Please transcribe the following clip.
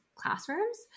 classrooms